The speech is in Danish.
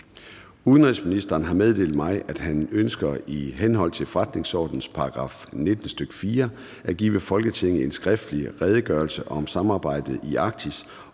Rasmussen) har meddelt mig, at han ønsker i henhold til forretningsordenens § 19, stk. 4, at give Folketinget en skriftlig Redegørelse om samarbejdet i Arktis.